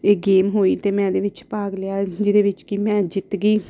ਇਹ ਗੇਮ ਹੋਈ ਅਤੇ ਮੈਂ ਇਹਦੇ ਵਿੱਚ ਭਾਗ ਲਿਆ ਜਿਹਦੇ ਵਿੱਚ ਕਿ ਮੈਂ ਜਿੱਤ ਗਈ